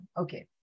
Okay